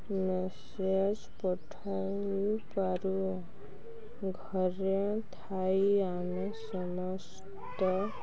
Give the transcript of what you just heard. message ପଠାଇ ପାରୁ ଘରେ ଥାଇ ଆମେ ସମସ୍ତ